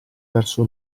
verso